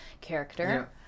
character